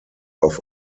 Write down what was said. auf